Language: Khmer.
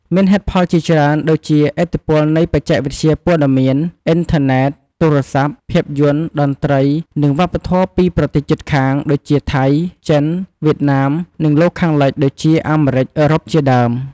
មានហេតុផលជាច្រើន ដូចជា ឥទ្ធិពលនៃបច្ចេកវិទ្យាព័ត៌មាន អ៊ីនធឺណិត ទូរស័ព្ទ ភាពយន្ត តន្ត្រី និងវប្បធម៌ពីប្រទេសជិតខាង ដូចជាថៃ ចិន វៀតណាម និងលោកខាងលិច ដូចជាអាមេរិក អឺរ៉ុបជាដើម ។